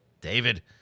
David